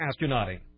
astronauting